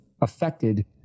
affected